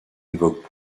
évoquent